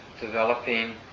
developing